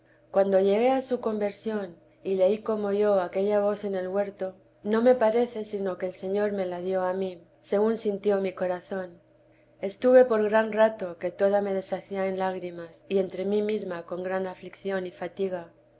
cuando llegué a su conversión y leí como oyó aquella voz en el huerto no me parece sino que el señor me la dio a mí según sintió mi corazón estuve por gran rato que toda me deshacía en lágrimas y entre mí mesma con gran aflicción y fatiga